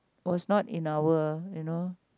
was not in our you know